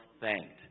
thanked